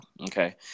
Okay